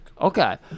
Okay